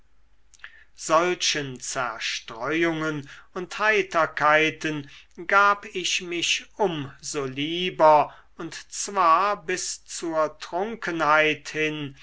solchen zerstreuungen und heiterkeiten gab ich mich um so lieber und zwar bis zur trunkenheit hin